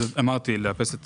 אמרתי, לאפס את